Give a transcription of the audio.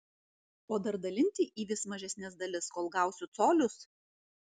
o dar dalinti į vis mažesnes dalis kol gausiu colius